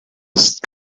ist